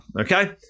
okay